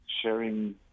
sharing